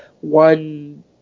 one